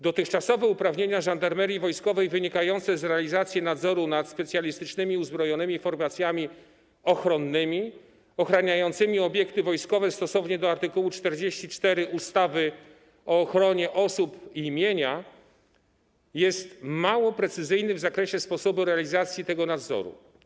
Dotychczasowe uprawnienia Żandarmerii Wojskowej wynikające z realizacji nadzoru nad specjalistycznymi uzbrojonymi formacjami ochronnymi ochraniającymi obiekty wojskowe stosownie do art. 44 ustawy o ochronie osób i mienia są mało precyzyjne w zakresie sposobu realizacji tego nadzoru.